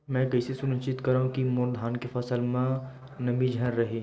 मैं कइसे सुनिश्चित करव कि मोर धान के फसल म नमी झन रहे?